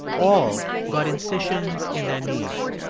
all got incisions in their knees.